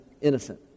innocent